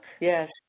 Yes